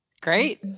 Great